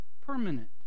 permanent